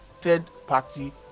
third-party